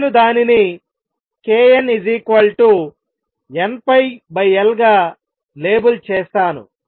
నేను దానిని knnπL గా లేబుల్ చేస్తాను